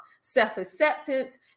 self-acceptance